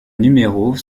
numéros